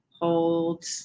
hold